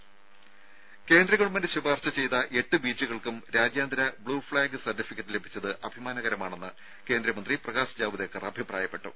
രും കേന്ദ്ര ഗവൺമെന്റ് ശുപാർശ ചെയ്ത എട്ട് ബീച്ചുകൾക്കും രാജ്യാന്തര ബ്ലൂ ഫ്ലാഗ് സർട്ടിഫിക്കറ്റ് ലഭിച്ചത് അഭിമാനകരമാണെന്ന് കേന്ദ്രമന്ത്രി പ്രകാശ് ജാവ്ദേക്കർ അഭിപ്രായപ്പെട്ടു